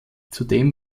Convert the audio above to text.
zudem